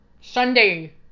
Sunday